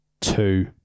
Two